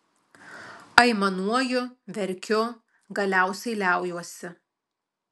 aimanuoju verkiu galiausiai liaujuosi